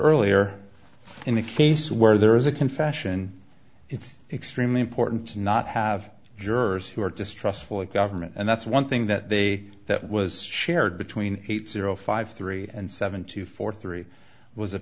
earlier in the case where there is a confession it's extremely important to not have jurors who are distrustful of government and that's one thing that they that was shared between zero five three and seven to four three was a